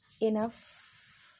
enough